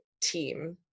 team